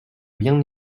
bien